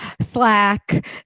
Slack